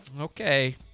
Okay